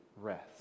rest